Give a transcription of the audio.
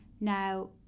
Now